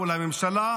מול הממשלה,